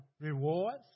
rewards